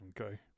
okay